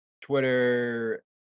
Twitter